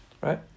Right